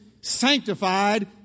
sanctified